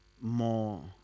more